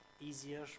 easier